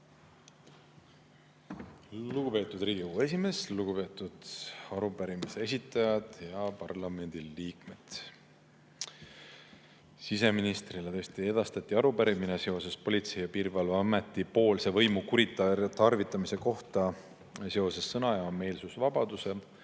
Lugupeetud Riigikogu esimees! Lugupeetud arupärimise esitajad ja parlamendiliikmed! Siseministrile edastati arupärimine Politsei- ja Piirivalveameti võimu kuritarvitamise kohta seoses sõna- ja meelsusvabaduse